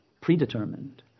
predetermined